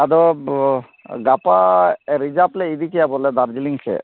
ᱟᱫᱚ ᱜᱟᱯᱟ ᱨᱤᱡᱟᱵᱽ ᱞᱮ ᱤᱫᱤ ᱠᱮᱭᱟ ᱵᱚᱞᱮ ᱫᱟᱨᱡᱤᱞᱤᱝ ᱥᱮᱡ